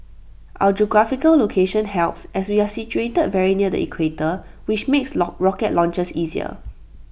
our geographical location helps as we are situated very near the equator which makes rocket launches easier